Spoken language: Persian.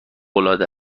العاده